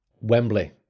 Wembley